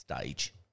stage